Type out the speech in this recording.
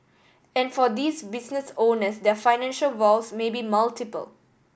and for these business owners their financial woes may be multiple